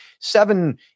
seven